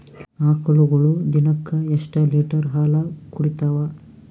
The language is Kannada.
ಆಕಳುಗೊಳು ದಿನಕ್ಕ ಎಷ್ಟ ಲೀಟರ್ ಹಾಲ ಕುಡತಾವ?